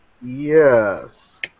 Yes